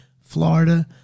Florida